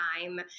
time